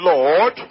Lord